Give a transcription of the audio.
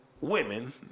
women